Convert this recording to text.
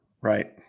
Right